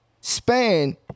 Span